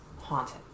haunted